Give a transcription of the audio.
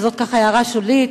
זאת הערה שולית.